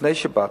לפני שבאתי.